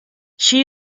she